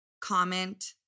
comment